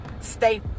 stay